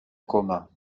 commun